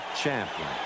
champion